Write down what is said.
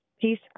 peace